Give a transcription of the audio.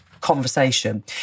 conversation